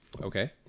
okay